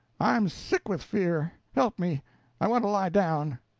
i'm sick with fear. help me i want to lie down!